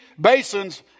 basins